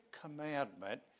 commandment